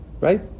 Right